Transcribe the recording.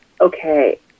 okay